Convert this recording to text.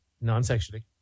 Non-sexually